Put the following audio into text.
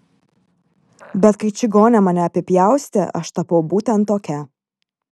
bet kai čigonė mane apipjaustė aš tapau būtent tokia